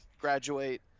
Graduate